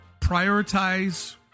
prioritize